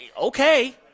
Okay